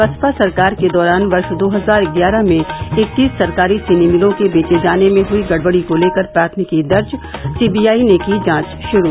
बसपा सरकार के दौरान वर्ष दो हजार ग्यारह में इक्कीस सरकारी चीनी मिलों के बेचे जाने में हुई गड़बड़ी को लेकर प्राथमिकी दर्ज सीबीआई ने की जांच शुरू